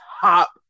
top